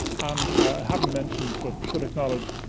and i haven't mentioned, but should acknowledge,